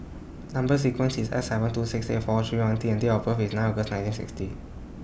Number sequence IS S seven two six eight four three one T and Date of birth IS nine August nineteen sixty